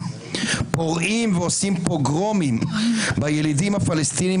פורעים ועושים פוגרומים בילידים הפלסטינים